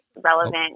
relevant